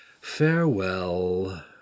farewell